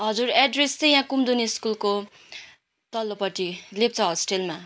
हजुर एड्रेस चाहिँ यहाँ कुमुदिनी स्कुलको तल्लोपट्टि लेप्चा होस्टेलमा